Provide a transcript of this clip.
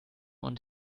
und